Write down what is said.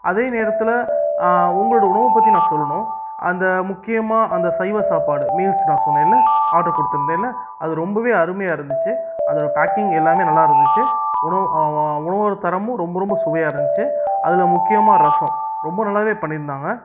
அதே நேரத்தில் உங்களோட உணவை பற்றி நான் சொல்லணும் அந்த முக்கியமாக அந்த சைவ சாப்பாடு மீல்ஸ் நான் சொன்னேன்ல ஆட்ரு கொடுத்துருந்தேன்ல அது ரொம்பவே அருமையாக இருந்துச்சு அதோட பேக்கிங் எல்லாமே நல்லா இருந்துச்சு உணவு அவ் அவ்வளோ ஒரு தரமும் ரொம்ப ரொம்ப சுவையாக இருந்துச்சு அதில் முக்கியமாக ரசம் ரொம்ப நல்லாவே பண்ணிருந்தாங்க